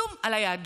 כלום, על היהדות,